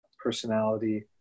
personality